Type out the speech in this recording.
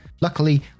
Luckily